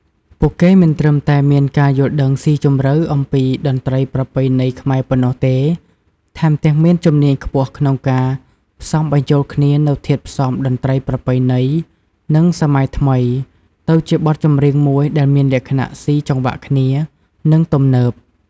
ពួកគេមិនត្រឹមតែមានការយល់ដឹងស៊ីជម្រៅអំពីតន្ត្រីប្រពៃណីខ្មែរប៉ុណ្ណោះទេ ថែមទាំងមានជំនាញខ្ពស់ក្នុងការ ផ្សំបញ្ចូលគ្នានូវធាតុផ្សំតន្ត្រីប្រពៃណី និងសម័យថ្មី ទៅជាបទចម្រៀងមួយដែលមានលក្ខណៈ ស៊ីចង្វាក់គ្នា និង ទំនើប។